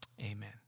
Amen